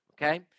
okay